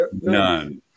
None